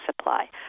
supply